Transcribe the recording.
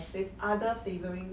with other flavouring